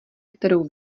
kterou